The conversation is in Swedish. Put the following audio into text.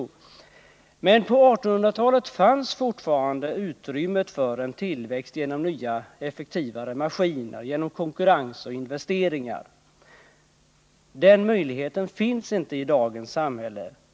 På 1800-talet fanns det fortfarande ett utrymme för tillväxt genom nya effektivare maskiner, genom konkurrens och investeringar. Den möjligheten finns inte i dagens samhälle.